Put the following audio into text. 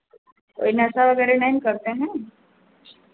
कोई नशा वगैरह नहीं करते हैं